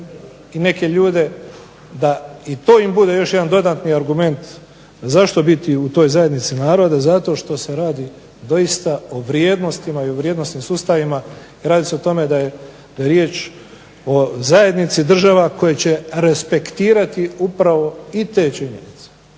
i neke ljude da im to bude još jedan dodatni argument zašto biti u toj zajednici naroda, zato što se radi o vrijednostima i o vrijednosnim sustavima, radi se o tome da je riječ o zajednici država koje će respektirati upravo i te činjenice